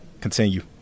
continue